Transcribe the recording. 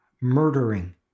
murdering